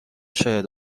شاید